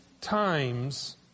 times